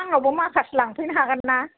आंनावबो माखासे लांफैनो हागोन ना